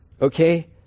Okay